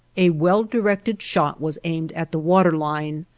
a well-directed shot was aimed at the water line.